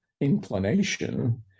inclination